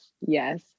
yes